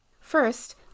First